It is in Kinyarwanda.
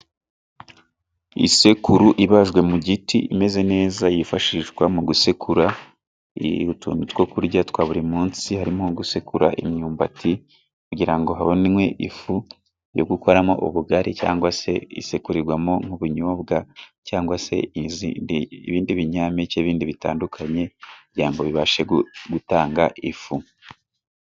Isekuru ibajwe mu giti imeze neza yifashishwa mu gusekura utuntu two kurya twa buri munsi, harimo gusekura imyumbati kugira ngo habonwe ifu yo gukoramo ubugari cyangwa se isekurirwamo ubunyobwa, cyangwa se ibindi binyampeke bindi bitandukanye kugira ngo bibashe gutanga ifu.